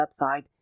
website